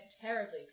terribly